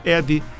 Eddie